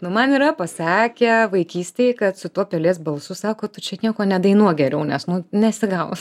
nu man yra pasakę vaikystėj kad su tuo pelės balsu sako tu čia nieko nedainuok geriau nes nu nesigaus